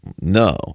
no